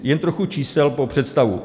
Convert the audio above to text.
Jen trochu čísel pro představu.